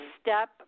step